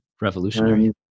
revolutionary